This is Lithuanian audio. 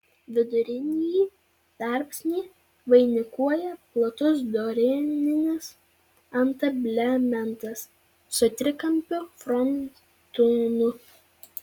vidurinįjį tarpsnį vainikuoja platus dorėninis antablementas su trikampiu frontonu